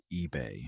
eBay